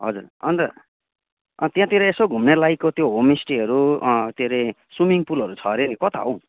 हजुर अन्त त्यहाँतिर यसो घुम्नेलायकको त्यो होमस्टेहरू के अरे स्विमिङ पुलहरू छ अरे नि कता हौ